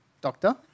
Doctor